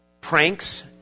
pranks